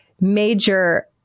major